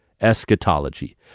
eschatology